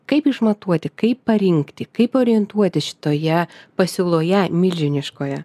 kaip išmatuoti kaip parinkti kaip orientuotis šitoje pasiūloje milžiniškoje